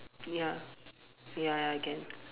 ya ya ya can